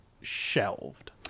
Shelved